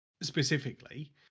specifically